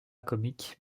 comique